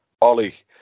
Ollie